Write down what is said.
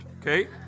okay